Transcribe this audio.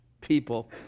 people